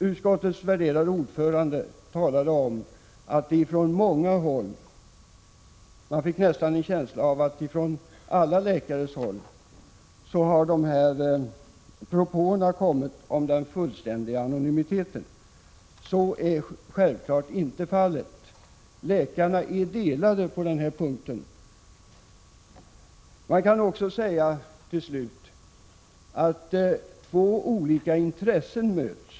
Utskottets värderade ordförande sade att det ifrån många håll — man fick nästan en känsla av att det var från alla läkare — hade kommit propåer om fullständig anonymitet. Så är självfallet inte fallet. Läkarnas meningar är delade på den här punkten. Man kan också säga att två olika intressen möts.